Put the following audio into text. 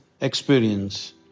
experience